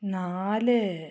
നാല്